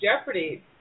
jeopardy